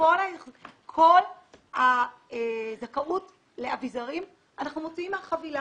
כל הזכאות לאביזרים אנחנו מוציאים מהחבילה,